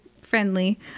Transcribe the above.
friendly